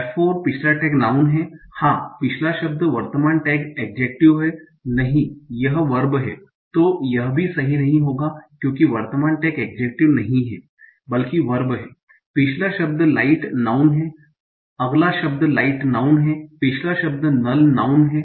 f4 पिछला tag noun है हां पिछला शब्द वर्तमान टैग एड्जेक्टिव है नहीं यह वर्ब है तो यह भी सही नहीं होगा क्योंकि वर्तमान टैग एड्जेक्टिव नहीं है बल्कि वर्ब है पिछला शब्द लाइट नाऊँन है अगला शब्द लाइट नाऊँन है पिछला शब्द नल नाऊँन है